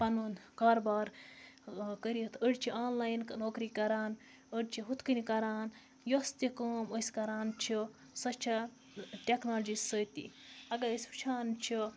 پَنُن کاربار کٔرِتھ أڑۍ چھِ آن لاین نوکری کَران أڑۍ چھِ ہُتھ کٔنۍ کَران یۄس تہِ کٲم أسۍ کَران چھِ سۄ چھےٚ ٹٮ۪کنالجی سۭتی اگر أسۍ وٕچھان چھِ